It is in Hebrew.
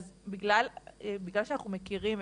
אז בגלל שאנחנו מכירים,